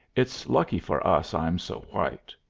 it's lucky for us i'm so white,